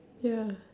ya